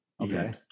Okay